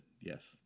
Yes